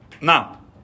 Now